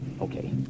Okay